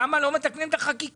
למה לא מתקנים את החקיקה?